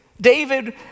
David